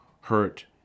hurt